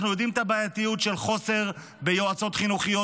אנחנו יודעים את הבעייתיות של חוסר ביועצות חינוכיות,